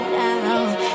now